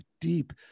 deep